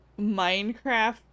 Minecraft